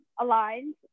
aligned